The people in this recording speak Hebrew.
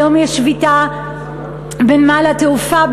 היום יש שביתה בנמל התעופה.